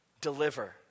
deliver